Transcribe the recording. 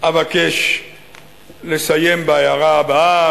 אבקש לסיים בהערה הבאה,